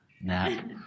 nap